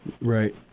Right